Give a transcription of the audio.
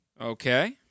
Okay